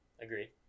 agree